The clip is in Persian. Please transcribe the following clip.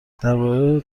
درباره